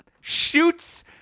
shoots